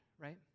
right